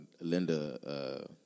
Linda